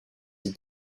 îles